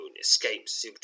escapes